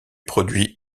produit